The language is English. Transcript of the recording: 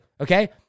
Okay